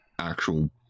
actual